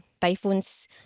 typhoons